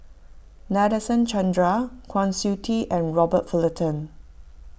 Nadasen Chandra Kwa Siew Tee and Robert Fullerton